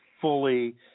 fully